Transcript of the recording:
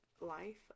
Life